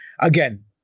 again